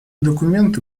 документы